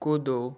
कूदो